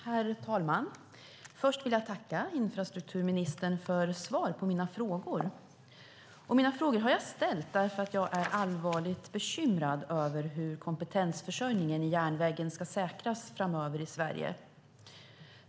Herr talman! Först vill jag tacka infrastrukturministern för svar på mina frågor. Mina frågor har jag ställt därför att jag är allvarligt bekymrad över hur kompetensförsörjningen i järnvägen ska säkras framöver i Sverige.